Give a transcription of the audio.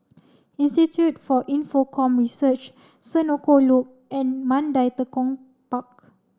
institute for Infocomm Research Senoko Loop and Mandai Tekong Park